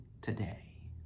today